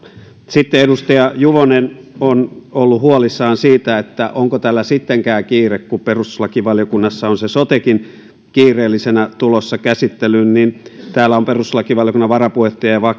sitten edustaja juvonen on ollut huolissaan siitä onko tällä sittenkään kiire kun perustuslakivaliokunnassa on se sotekin kiireellisenä tulossa käsittelyyn täällä on perustuslakivaliokunnan varapuheenjohtaja ja